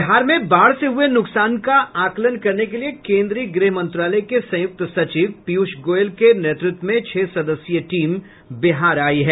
बिहार में बाढ से हुए नुकसान का आकलन करने के लिए केन्द्रीय गृह मंत्रालय के संयुक्त सचिव पीयूष गोयल के नेतृत्व में छह सदस्यीय टीम बिहार आयी है